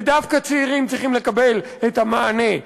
ודווקא צעירים צריכים לקבל את המענה.